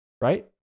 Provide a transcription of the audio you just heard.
right